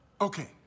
Okay